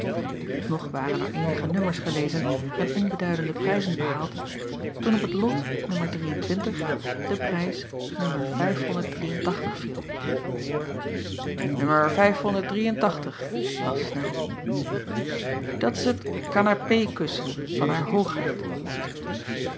og waren er eenige nummers gelezen en onbeduidende prijzen behaald toen op o o het lot de prijs viel o las nel dat is het kanapeekussen van haar oogheid